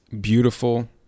beautiful